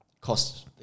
cost